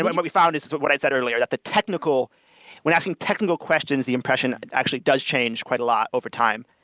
but what we found is is but what i'd said earlier, that the technical when asking technical questions, the impression actually does change quite a lot overtime.